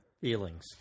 Feelings